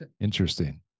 Interesting